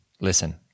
listen